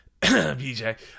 BJ